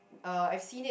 uh I've seen it